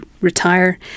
retire